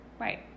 Right